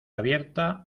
abierta